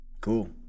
Cool